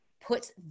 puts